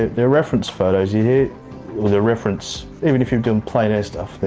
they're reference photos. you hear the reference, even if you're doing plein air stuff,